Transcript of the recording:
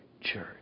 church